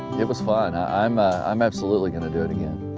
it was fun. i'm ah i'm absolutely going to do it again.